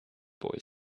boy